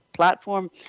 platform